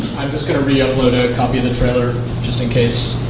i'm just going to re-upload a copy of the trailer just in case,